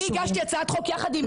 אני הגשתי הצעת חוק יחד עם ארגון בזכות.